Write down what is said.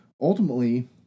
ultimately